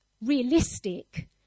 realistic